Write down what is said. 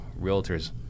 realtors